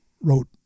wrote